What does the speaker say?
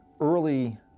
early